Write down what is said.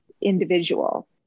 individual